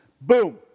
Boom